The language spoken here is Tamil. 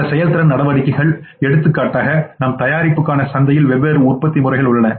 சில செயல்திறன் நடவடிக்கைகள் எடுத்துக்காட்டாக நம் தயாரிப்புக்கான சந்தையில் வெவ்வேறு உற்பத்தி முறைகள் உள்ளன